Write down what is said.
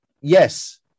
Yes